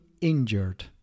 injured